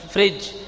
Fridge